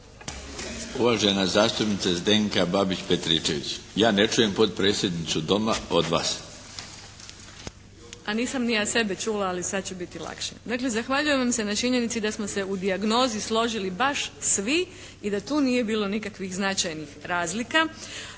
Uvažena zastupnice Zdenka Babić Petričević. Ja ne čujem potpredsjednicu Doma od vas. **Adlešič, Đurđa (HSLS)** A nisam ni ja sebe čula, ali sad će biti lakše. Dakle, zahvaljujem vam se na činjenici da smo se i dijagnozi složili baš svi i da tu nije bilo nikakvih značajnih razlika.